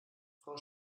frau